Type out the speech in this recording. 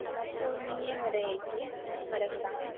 कहलहुॅं पूर्णियेँमे रहै छियै मरंगामे